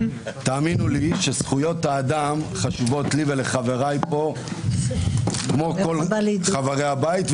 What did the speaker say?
תאמינו לי שזכויות האדם חשובות לי ולחבריי פה כמו כל חברי הבית,